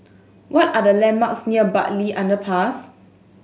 what are the landmarks near Bartley Underpass